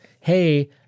Hey